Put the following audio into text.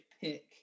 pick